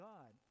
God